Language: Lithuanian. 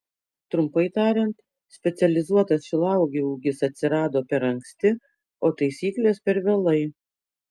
trumpai tariant specializuotas šilauogių ūkis atsirado per anksti o taisyklės per vėlai